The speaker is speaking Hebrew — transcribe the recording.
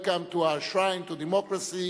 welcome to our shrine of democracy,